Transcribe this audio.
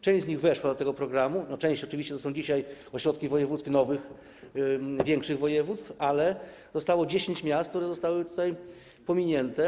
Część z nich weszła do tego programu, część oczywiście to są dzisiaj ośrodki wojewódzkie nowych, większych województw, ale zostało 10 miast, które zostały tutaj pominięte.